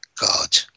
God